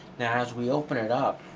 as we open it up,